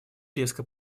резко